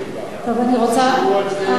אני רוצה,